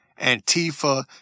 Antifa